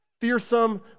fearsome